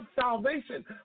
salvation